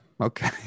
Okay